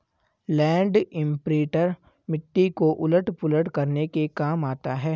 land imprinter मिट्टी को उलट पुलट करने के काम आता है